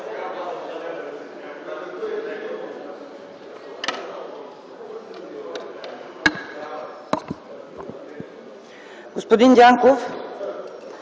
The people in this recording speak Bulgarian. Господин Дянков,